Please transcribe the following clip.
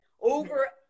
Over